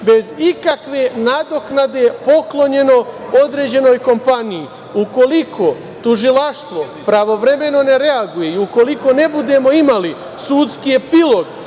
bez ikakve nadoknade poklonjeno određenoj kompaniji. Ukoliko tužilaštvo pravovremeno ne reaguje i ukoliko ne budemo imali sudski epilog